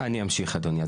אני אמשיך אדוני.